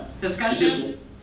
discussion